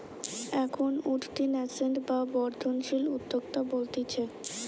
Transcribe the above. এখন উঠতি ন্যাসেন্ট বা বর্ধনশীল উদ্যোক্তা বলতিছে